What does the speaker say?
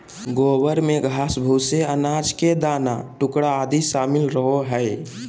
गोबर में घास, भूसे, अनाज के दाना के टुकड़ा आदि शामिल रहो हइ